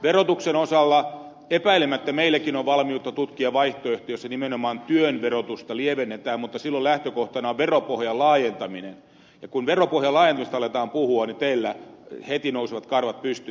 verotuksen osalla epäilemättä meilläkin on valmiutta tutkia vaihtoehtoa jossa nimenomaan työn verotusta lievennetään mutta silloin lähtökohtana on veropohjan laajentaminen ja kun veropohjan laajentamisesta aletaan puhua niin teillä heti nousevat karvat pystyyn